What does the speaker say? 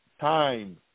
time